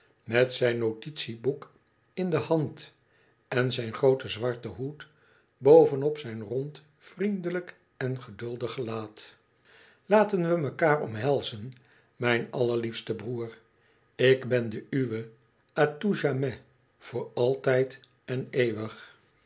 met zijn notitieboek in de hand en zijn grooten zwarten hoed boven op zijn rond vriendelijk en geduldig gelaat laten we mekaar omhelzen mijn allerliefste broer ik ben de uwe a tout jamais voor altijd en eeuwig